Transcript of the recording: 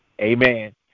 Amen